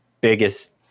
biggest